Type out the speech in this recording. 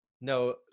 no